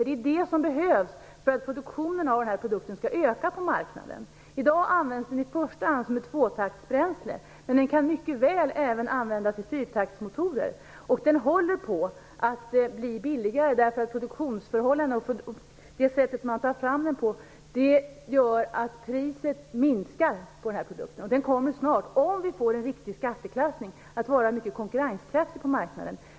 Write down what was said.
Det är vad som behövs för att denna produkt skall öka på marknaden. I dag används akrylatbensin i första hand som ett tvåtaktsbränsle. Men den kan mycket väl användas i fyrtaktsmotorer. Den håller på att bli billigare. Produktionsförhållandena gör att priset på produkten sjunker. Den kommer snart, om vi får en riktig skatteklassning, att vara mycket konkurrenskraftig på marknaden.